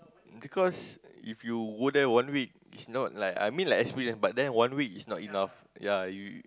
because if you go there one week it's not like I mean like experience but then one week is not enough ya you